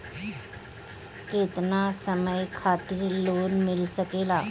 केतना समय खातिर लोन मिल सकेला?